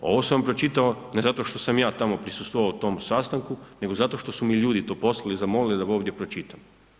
Ovo sam vam pročitao ne zato što sam ja tamo prisustvovao tom sastanku nego zato što mi ljudi to poslali i zamolili da ovdje pročitam.